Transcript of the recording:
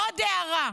ועוד הערה,